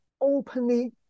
openly